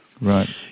Right